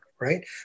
Right